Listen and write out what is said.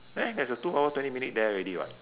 eh there's a two hour twenty minute there already [what]